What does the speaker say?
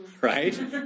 right